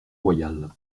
royal